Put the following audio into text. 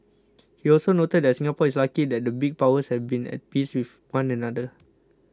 he also noted that Singapore is lucky that the big powers have been at peace with one another